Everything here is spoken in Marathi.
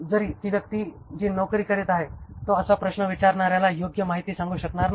जरी ती व्यक्ती जी नोकरी करीत आहे तो असा प्रश्न विचारणार्याला योग्य माहिती सांगू शकणार नाही